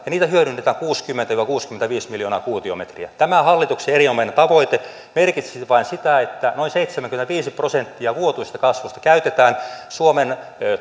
ja niitä hyödynnetään kuusikymmentä viiva kuusikymmentäviisi miljoonaa kuutiometriä niin tämä hallituksen erinomainen tavoite merkitsisi vain sitä että noin seitsemänkymmentäviisi prosenttia vuotuisesta kasvusta käytetään suomen